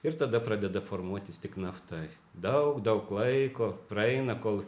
ir tada pradeda formuotis tik nafta daug daug laiko praeina kol